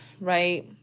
right